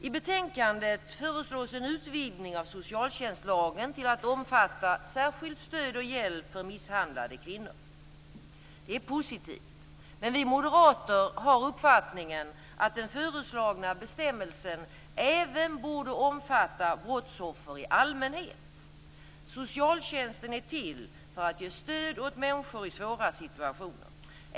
I betänkandet föreslås en utvidgning av socialtjänstlagen till att omfatta särskilt stöd till och särskild hjälp för misshandlade kvinnor. Det är positivt. Men vi moderater har uppfattningen att den föreslagna bestämmelsen även borde omfatta brottsoffer i allmänhet. Socialtjänsten är till för att ge stöd åt människor i svåra situationer.